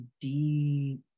deep